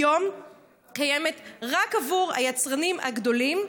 היום קיימת רק עבור היצרנים הגדולים,